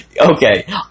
Okay